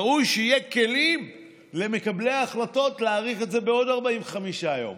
ראוי שיהיו כלים למקבלי ההחלטות להאריך את זה בעוד 45 יום.